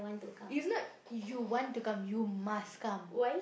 it's not you want to come you must come